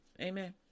Amen